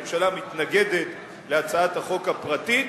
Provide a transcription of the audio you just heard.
הממשלה מתנגדת להצעת החוק הפרטית,